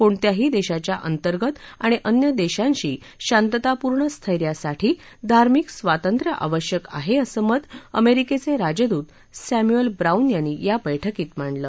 कोणत्याही देशाच्या अंतर्गत आणि अन्य देशांशी शांततापूर्ण स्थैर्यासाठी धार्मिक स्वातंत्र्य आवश्यक आहे असं मत अमेरिकेचे राजदूत सॅम्युअल ब्राऊन यांनी या बैठकीत मांडलं